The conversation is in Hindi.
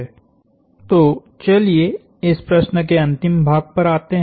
तो चलिए इस प्रश्न के अंतिम भाग पर आते हैं